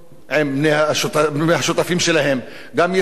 עם השותפים שלהם: גם ישראל,